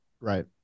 Right